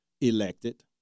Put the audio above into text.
elected